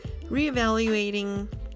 reevaluating